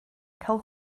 cael